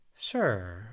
Sure